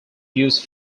use